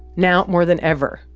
now, more than ever,